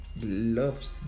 loves